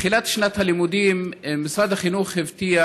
בתחילת שנת הלימודים משרד החינוך הבטיח